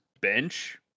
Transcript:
bench